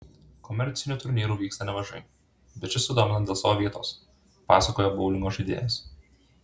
komercinių turnyrų vyksta nemažai bet šis sudomino dėl savo vietos pasakojo boulingo žaidėjas